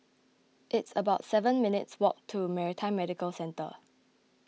it's about seven minutes' walk to Maritime Medical Centre